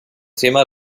thema